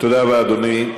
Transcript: תודה רבה, אדוני.